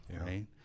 right